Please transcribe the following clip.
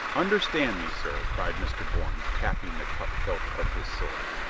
understand me, sir, cried mr. bourne, tapping the cup hilt of his sword.